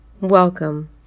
Welcome